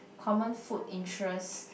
common food interest